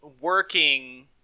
working